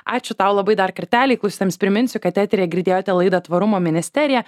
ačiū tau labai dar kartelį klausytojams priminsiu kad eteryje girdėjote laidą tvarumo ministerija